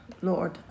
lord